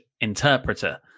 interpreter